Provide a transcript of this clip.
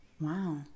wow